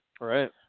right